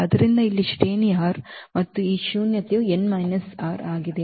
ಆದ್ದರಿಂದ ಇಲ್ಲಿ ಶ್ರೇಣಿ r ಮತ್ತು ಈ ಶೂನ್ಯತೆಯು n r ಆಗಿದೆ